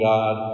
God